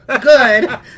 good